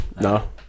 no